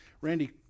Randy